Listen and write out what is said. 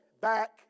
back